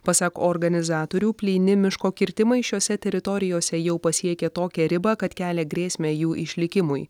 pasak organizatorių plyni miško kirtimai šiose teritorijose jau pasiekė tokią ribą kad kelia grėsmę jų išlikimui